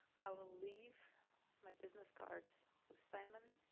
i will leave my business cards with simon.